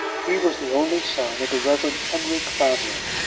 he was the only son of the reverend henry clavering,